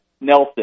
nelson